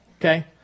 Okay